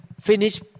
finish